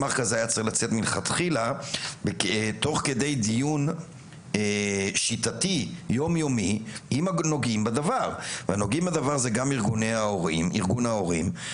מלכתחילה תוך כדי דיון שיטתי יום יומי עם הנוגעים בדבר: ארגון ההורים,